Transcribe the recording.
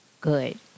good